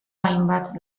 hainbat